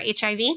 HIV